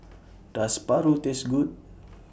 Does Paru Taste Good